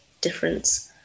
difference